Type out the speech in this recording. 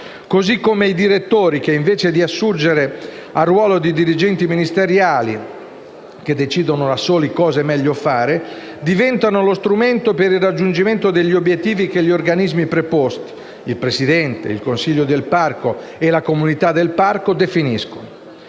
così come i direttori che invece di assurgere al ruolo di dirigenti ministeriali, che decidono da soli cosa è meglio fare, diventano lo strumento per il raggiungimento degli obiettivi che gli organismi preposti - il presidente, il consiglio del parco e la comunità del parco - definiscono.